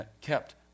kept